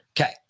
Okay